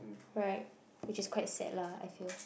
right which is quite sad lah I feel